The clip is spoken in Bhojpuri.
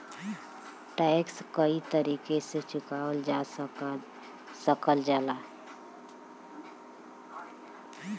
टैक्स कई तरीके से चुकावल जा सकल जाला